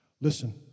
listen